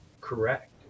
Correct